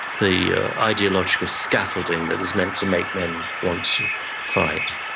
the ideological scaffolding that is meant to make men want to fight,